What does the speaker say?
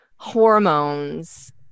hormones